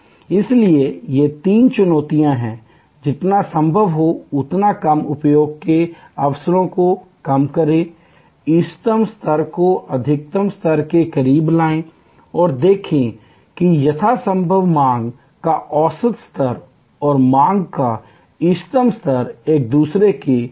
इसलिए ये तीन चुनौतियां हैं जितना संभव हो उतना कम उपयोग के अवसरों को कम करें इष्टतम स्तर को अधिकतम स्तर के करीब लाएं और देखें कि यथासंभव मांग का औसत स्तर और मांग का इष्टतम स्तर एक दूसरे के करीब हैं